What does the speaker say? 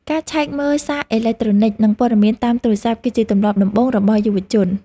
ការឆែកមើលសារអេឡិចត្រូនិក និងព័ត៌មានតាមទូរស័ព្ទ គឺជាទម្លាប់ដំបូងរបស់យុវជន។